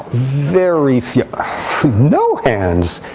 very few no hands.